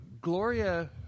Gloria